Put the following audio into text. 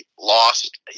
lost